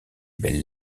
belles